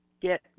get